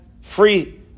free